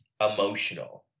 emotional